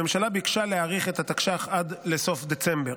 הממשלה ביקשה להאריך את התקש"ח עד לסוף דצמבר,